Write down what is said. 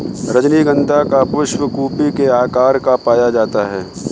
रजनीगंधा का पुष्प कुपी के आकार का पाया जाता है